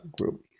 group